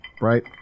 right